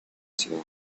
ciudad